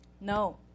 no